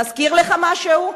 מזכיר לך משהו?